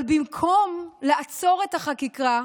אבל במקום לעצור את החקיקה,